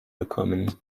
bekommen